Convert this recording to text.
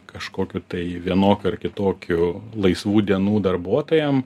kažkokių tai vienokių ar kitokių laisvų dienų darbuotojam